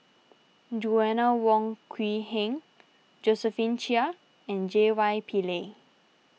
Joanna Wong Quee Heng Josephine Chia and J Y Pillay